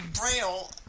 Braille